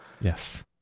yes